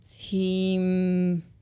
team